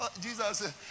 Jesus